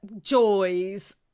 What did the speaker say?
joys